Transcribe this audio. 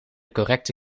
correcte